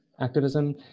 activism